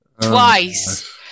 Twice